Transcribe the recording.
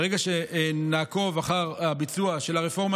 ברגע שנעקוב אחר הביצוע של הרפורמה